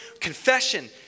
Confession